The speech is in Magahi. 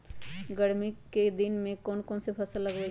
गर्मी के दिन में कौन कौन फसल लगबई?